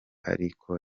ariko